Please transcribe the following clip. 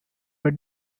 were